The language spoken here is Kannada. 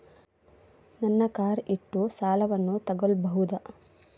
ನನ್ನ ಕಾರ್ ಇಟ್ಟು ಸಾಲವನ್ನು ತಗೋಳ್ಬಹುದಾ?